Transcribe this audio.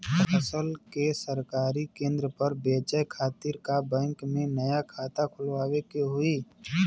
फसल के सरकारी केंद्र पर बेचय खातिर का बैंक में नया खाता खोलवावे के होई?